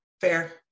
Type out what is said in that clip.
Fair